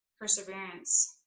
perseverance